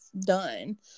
done